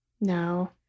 No